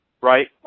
Right